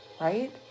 right